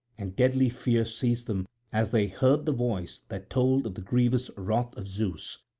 and deadly fear seized them as they heard the voice that told of the grievous wrath of zeus.